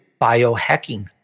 biohacking